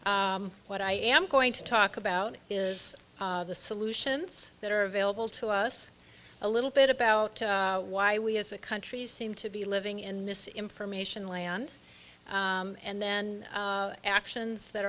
what i am going to talk about is the solutions that are available to us a little bit about why we as a country seem to be living in this information land and then actions that